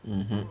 hmm